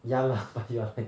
ya lah but you are like